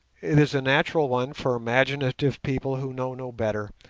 it is a natural one for imaginative people who know no better,